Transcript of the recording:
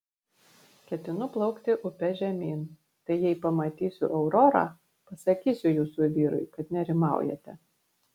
ketinu plaukti upe žemyn tai jei pamatysiu aurorą pasakysiu jūsų vyrui kad nerimaujate